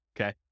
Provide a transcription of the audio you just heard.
okay